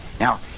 Now